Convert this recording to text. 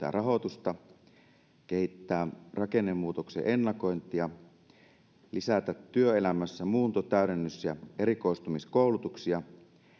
ja rahoitusta kehittää rakennemuutoksen ennakointia lisätä työelämässä muunto täydennys ja erikoistumiskoulutuksia